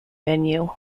venue